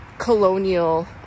Colonial